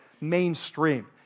mainstream